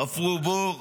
חפרו בור,